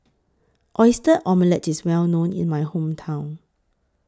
Oyster Omelette IS Well known in My Hometown